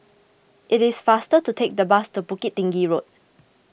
it is faster to take the bus to Bukit Tinggi Road